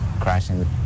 crashing